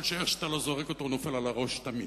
שאיך שאתה לא זורק אותו הוא נופל על הראש תמיד.